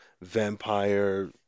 Vampire